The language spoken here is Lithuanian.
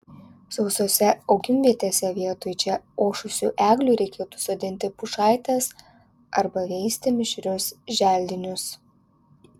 sausose augimvietėse vietoj čia ošusių eglių reikėtų sodinti pušaites arba veisti mišrius želdinius